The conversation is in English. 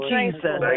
Jesus